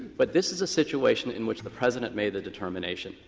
but this is a situation in which the president made the determination.